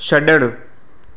छड॒णु